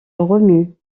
remue